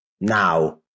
Now